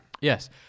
Yes